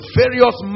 various